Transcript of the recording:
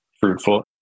fruitful